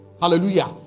hallelujah